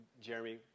Jeremy